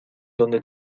donde